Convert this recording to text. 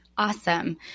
Awesome